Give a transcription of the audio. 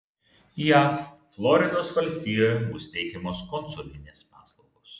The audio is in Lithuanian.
jav floridos valstijoje bus teikiamos konsulinės paslaugos